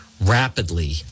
rapidly